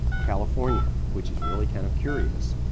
california which is really kind of curious,